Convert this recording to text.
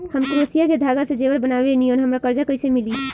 हम क्रोशिया के धागा से जेवर बनावेनी और हमरा कर्जा कइसे मिली?